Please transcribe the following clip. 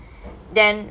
then